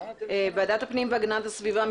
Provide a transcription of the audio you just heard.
אני פותחת את ישיבת ועדת הפנים והגנת הסביבה.